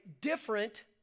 different